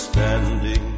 Standing